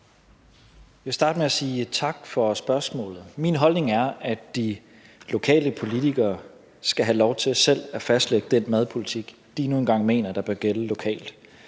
Jeg vil starte med at sige tak for spørgsmålet. Min holdning er, at de lokale politikere skal have lov til selv at fastlægge den madpolitik, de nu engang mener bør gælde lokalt.